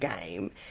game